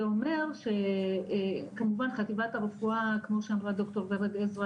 זה אומר שכמובן חטיבת הרפואה כמו שאמרה דוקטור ורד עזרא,